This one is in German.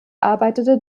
arbeitete